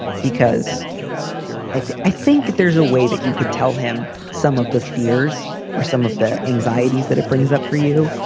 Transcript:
because i i think there's a way that you could tell him some of the fears or some of the anxieties that it brings up for you.